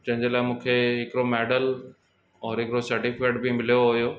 जंहिंजे लाइ मूंखे हिकिड़ो मैडल और हिकिड़ो सर्टीफ़िकेट बि मिलियो हुओ